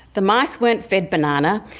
the mice weren't fed banana.